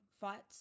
fights